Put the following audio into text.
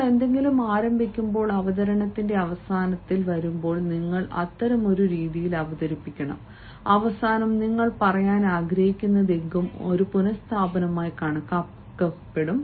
നിങ്ങൾ എന്തെങ്കിലും ആരംഭിക്കുമ്പോൾ അവതരണത്തിന്റെ അവസാനത്തിൽ വരുമ്പോൾ നിങ്ങൾ അത്തരമൊരു രീതിയിൽ അവതരിപ്പിക്കണം അവസാനം നിങ്ങൾ പറയാൻ ആഗ്രഹിക്കുന്നതെന്തും ഒരു പുന ate സ്ഥാപനമായി കാണപ്പെടും